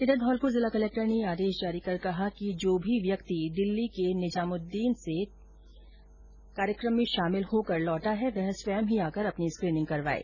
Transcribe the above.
इधर धौलपुर जिला कलेक्टर ने आदेश जारी कर कहा है कि जो भी व्यक्ति दिल्ली के निजामुद्दीन से कार्यक्रम में शामिल होकर लौटा है वह स्वयं ही आकर अपनी स्क्रीनिंग करवाये